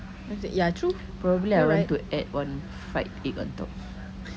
want to eat ya true alright